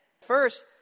First